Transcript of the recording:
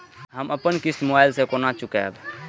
हम अपन किस्त मोबाइल से केना चूकेब?